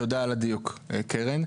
תודה על הדיוק, קרן.